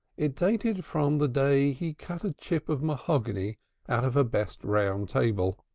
it dated from the day he cut a chip of mahogany out of her best round table.